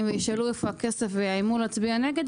וישאלו איפה הכסף ויאיימו להצביע נגד,